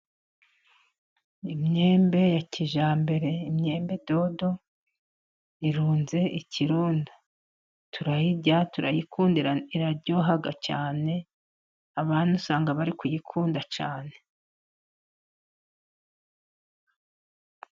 Imyembe ya kijyambere imyembe dodo irunze ikirundo, turayirya turayikunda iraryoha cyane ,abana usanga bari kuyikunda cyane.